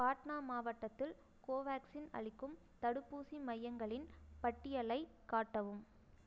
பாட்னா மாவட்டத்தில் கோவேக்சின் அளிக்கும் தடுப்பூசி மையங்களின் பட்டியலைக் காட்டவும்